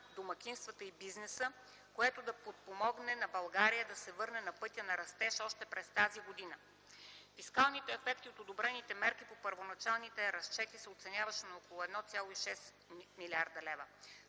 домакинствата и бизнеса, което да подпомогне на България да се върне на пътя на растеж още през тази година. Фискалните ефекти от одобрените мерки по първоначални разчети се оценяваше на около 1,6 млрд. лв.